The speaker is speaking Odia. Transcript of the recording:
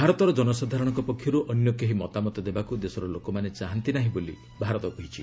ଭାରତର ଜନସାଧାରଣଙ୍କ ପକ୍ଷରୁ ଅନ୍ୟ କେହି ମତାମତ ଦେବାକୁ ଦେଶର ଲୋକମାନେ ଚାହାନ୍ତି ନାହିଁ ବୋଲି ଭାରତ କହିଛି